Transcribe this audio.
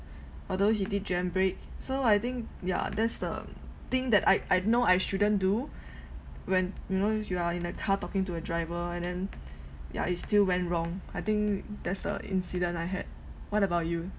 although he did jam brake so I think ya that's the thing that I I know I shouldn't do when you know you are in a car talking to a driver and then yeah it still went wrong I think there's a incident I had what about you